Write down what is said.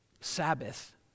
Sabbath